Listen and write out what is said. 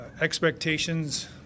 Expectations